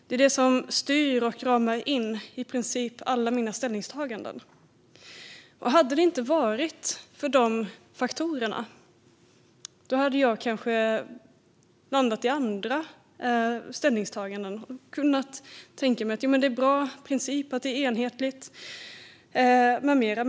Det är det som styr och ramar in i princip alla mina ställningstaganden. Hade det inte varit för de faktorerna hade jag kanske landat i andra ställningstaganden och kunnat tänka att det är en bra princip att det är enhetligt med mera.